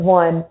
one